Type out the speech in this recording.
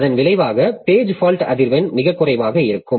இதன் விளைவாக page fault அதிர்வெண் மிகக் குறைவாக இருக்கும்